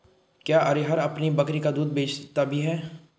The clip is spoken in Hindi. क्या हरिहर अपनी बकरी का दूध बेचता भी है?